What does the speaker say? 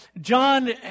John